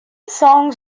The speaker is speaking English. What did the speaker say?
songs